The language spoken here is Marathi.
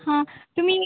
हां तुम्ही